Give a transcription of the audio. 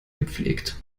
gepflegt